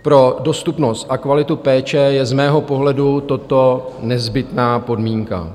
Pro dostupnost a kvalitu péče je z mého pohledu toto nezbytná podmínka.